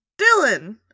Dylan